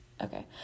Okay